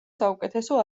საუკეთესო